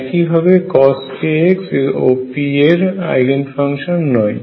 একই ভাবে cos kx ও p এর আইগেন ফাংশন নয়